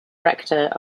rector